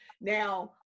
Now